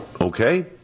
Okay